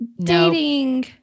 dating